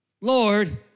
Lord